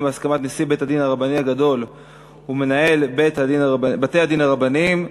בהסכמת נשיא בית-הדין הרבני הגדול ומנהל בתי-הדין הרבניים'".